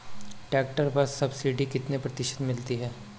Tractor पर subsidy कितने प्रतिशत मिलती है?